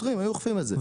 שוטרים היו אוכפים את זה,